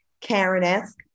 Karen-esque